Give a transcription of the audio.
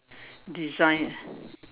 design ah